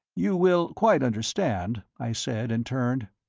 you will quite understand, i said, and turned.